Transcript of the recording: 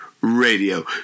Radio